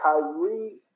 Kyrie